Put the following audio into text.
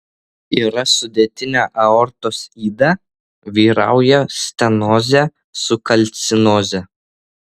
yra sudėtinė aortos yda vyrauja stenozė su kalcinoze